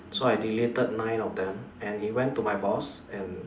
so I deleted nine of them and he went to my boss and